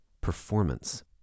performance